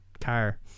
car